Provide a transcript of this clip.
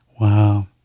Wow